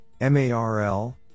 MARL